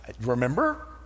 Remember